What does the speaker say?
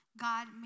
God